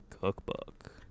Cookbook